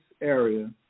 area